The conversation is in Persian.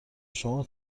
شما